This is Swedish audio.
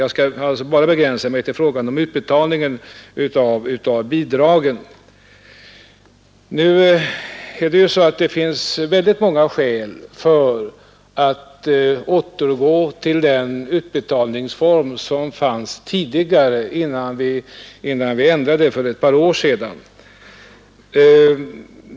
Jag skall alltså begränsa mig till frågan om utbetalningen av bidragen. Det finns många skäl för att återgå till den utbetalningsform som användes före ändringen för ett par år sedan.